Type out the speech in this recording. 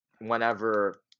whenever